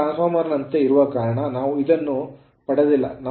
ಇದು transformer ನಂತೆ ಇರುವ ಕಾರಣ ನಾವು ಇದನ್ನು ಪಡೆದಿಲ್ಲ